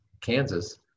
Kansas